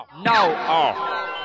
no